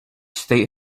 state